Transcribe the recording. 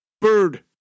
Bird